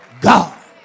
God